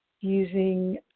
using